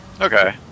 Okay